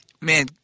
man